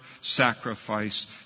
sacrifice